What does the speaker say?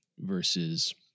Versus